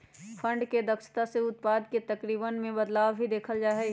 fund के दक्षता से उत्पाद के तरीकवन में बदलाव भी देखल जा हई